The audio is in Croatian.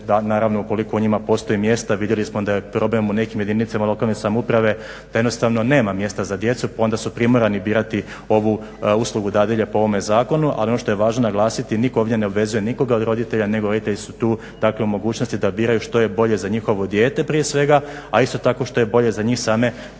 naravno ukoliko u njima postoji mjesta. Vidjeli smo da je problem u nekim jedinicama lokalne samouprave da jednostavno nema mjesta za djecu pa onda su primorani birati ovu uslugu dadilje po ovom zakonu. Ali ono što je važno naglasiti, nitko ovdje ne obvezuje nikoga od roditelja nego roditelji su tu dakle u mogućnosti da biraju što je bolje za njihovo dijete prije svega, a isto tako što je bolje za njih same kada